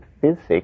physics